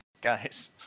guys-